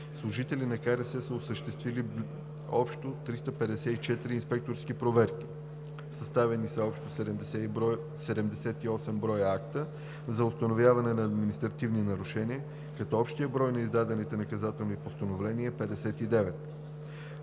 служители на КРС са осъществили общо 354 инспекторски проверки. Съставени са общо 78 броя акта за установяване на административни нарушения, като общият брой на издадените наказателни постановления е 59.